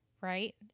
right